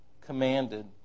commanded